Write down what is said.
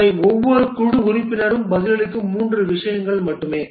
இவை ஒவ்வொரு குழு உறுப்பினரும் பதிலளிக்கும் 3 விஷயங்கள் மட்டுமே